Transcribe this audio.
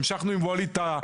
המשכנו עם ווליד טאהא.